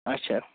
اچھا